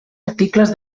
articles